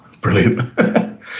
brilliant